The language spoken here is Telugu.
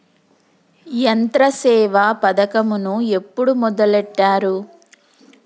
యంత్రసేవ పథకమును ఎప్పుడు మొదలెట్టారు?